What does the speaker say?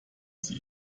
sie